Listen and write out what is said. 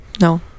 no